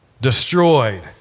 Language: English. destroyed